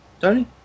Tony